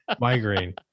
migraine